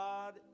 God